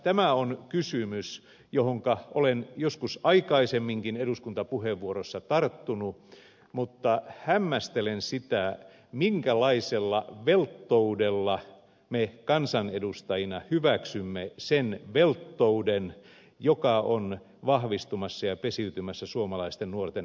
tämä on kysymys johon olen joskus aikaisemminkin eduskuntapuheenvuorossa tarttunut mutta hämmästelen sitä minkälaisella velttoudella me kansanedustajina hyväksymme sen velttouden joka on vahvistumassa ja pesiytymässä suomalaisten nuorten miesten keskuuteen